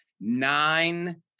nine